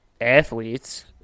athletes